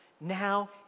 now